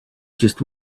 just